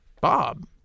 Bob